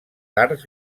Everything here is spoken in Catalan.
arts